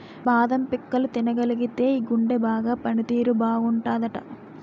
బాదం పిక్కలు తినగలిగితేయ్ గుండె బాగా పని తీరు బాగుంటాదట